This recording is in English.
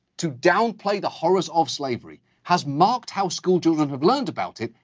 to downplay the horrors of slavery, has marked how school children have learned about it,